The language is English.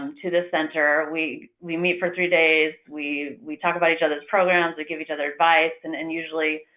um to this center. we we meet for three days, we we talk about each other's programs, we give each other advice. then, and and usually,